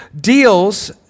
deals